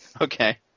Okay